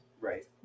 right